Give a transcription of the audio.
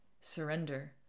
surrender